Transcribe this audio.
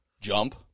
jump